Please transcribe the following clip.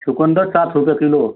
चुकंदर साठ रुपये किलो